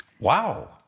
Wow